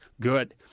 good